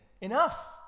enough